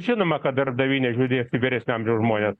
žinoma kad darbdaviai nežiūrės į vyresnio amžiaus žmones